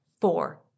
four